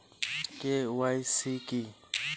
KYC কী?